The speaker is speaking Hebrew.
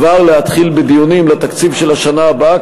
כבר להתחיל בדיונים על התקציב של השנה הבאה,